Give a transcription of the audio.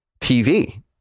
TV